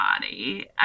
body